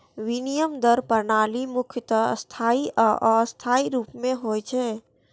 विनिमय दर प्रणाली मुख्यतः स्थायी आ अस्थायी रूप मे होइ छै